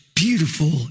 Beautiful